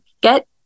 get